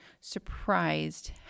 surprised